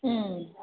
ꯎꯝ